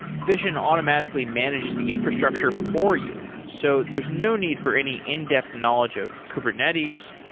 fission automatically manages the infrastructure for you, so there's no need for any in-depth knowledge of kubernetes,